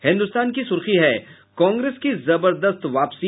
हिन्दुस्तान की सुर्खी है कांग्रेज की जबरदस्त वापसी